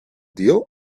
deal